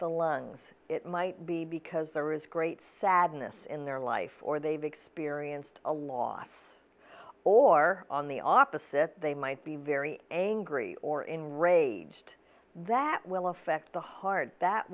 the lungs it might be because there is great sadness in their life or they've experienced a loss or on the opposite they might be very angry or enraged that will affect the heart that